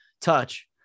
touch